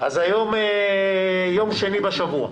היום יום שני בשבוע,